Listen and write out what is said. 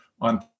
on